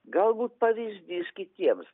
galbūt pavyzdys kitiems